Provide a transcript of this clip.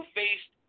faced